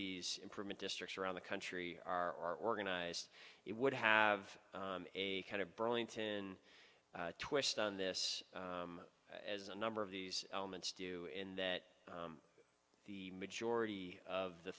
these improvement districts around the country are organized it would have a kind of burlington twist on this as a number of these elements do in that the majority of the